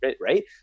right